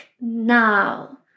now